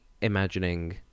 imagining